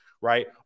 right